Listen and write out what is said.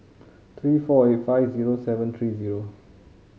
three four eight five zero seven three zero